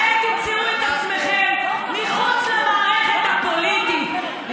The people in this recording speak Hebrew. אתם תמצאו את עצמכם מחוץ למערכת הפוליטית,